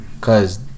Cause